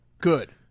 Good